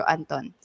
Anton